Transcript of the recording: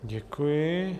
Děkuji.